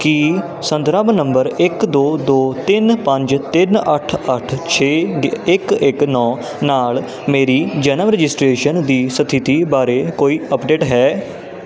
ਕੀ ਸੰਦਰਭ ਨੰਬਰ ਇੱਕ ਦੋ ਦੋ ਤਿੰਨ ਪੰਜ ਤਿੰਨ ਅੱਠ ਅੱਠ ਛੇ ਇੱਕ ਇੱਕ ਨੌਂ ਨਾਲ ਮੇਰੀ ਜਨਮ ਰਜਿਸਟ੍ਰੇਸ਼ਨ ਦੀ ਸਥਿਤੀ ਬਾਰੇ ਕੋਈ ਅਪਡੇਟ ਹੈ